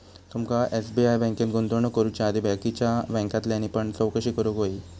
तुमका एस.बी.आय बँकेत गुंतवणूक करुच्या आधी बाकीच्या बॅन्कांतल्यानी पण चौकशी करूक व्हयी